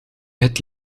het